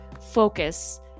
focus